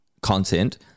content